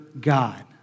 God